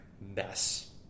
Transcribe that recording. mess